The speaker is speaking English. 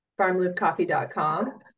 farmloopcoffee.com